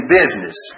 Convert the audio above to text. business